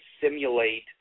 simulate